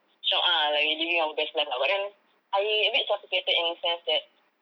shiok ah like we living our best life ah but then I suffocated in a sense that